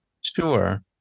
Sure